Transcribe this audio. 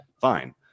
fine